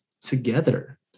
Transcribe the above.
together